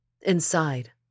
Inside